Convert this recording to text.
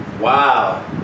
Wow